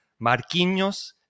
Marquinhos